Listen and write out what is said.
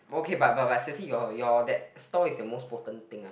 okay but but but seriously your your that store is the most potent thing I've